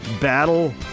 battle